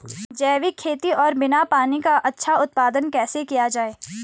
जैविक खेती और बिना पानी का अच्छा उत्पादन कैसे किया जाए?